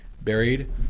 buried